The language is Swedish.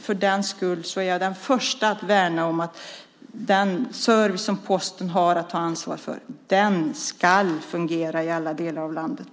Jag är den första att värna om att den service som posten har att ansvara för ska fungera i alla delar av landet.